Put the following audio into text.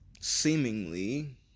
seemingly